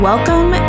Welcome